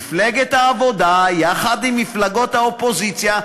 מפלגת העבודה, יחד עם מפלגות האופוזיציה,